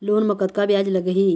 Loan म कतका ब्याज लगही?